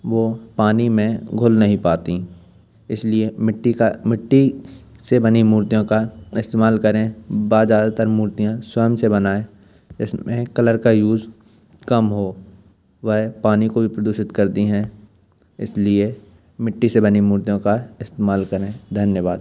वो पानी में घुल नहीं पाती इस लिए मिट्टी का मिट्टी से बनी मूर्तियों का इस्तेमाल करें व ज़्यादातर मूर्तियाँ स्वयम से बनाएं इसमें कलर का यूज़ कम हो वे पानी काे भी प्रदूषित करती हैं इस लिए मिट्टी से बनी मूर्तियों का इस्तेमाल करें धन्यवाद